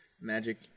magic